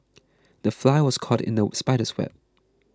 the fly was caught in the spider's web